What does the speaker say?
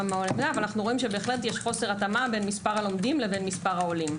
אבל בהחלט יש חוסר התאמה בין מספר הלומדים למספר העולים.